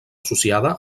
associada